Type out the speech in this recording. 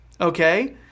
Okay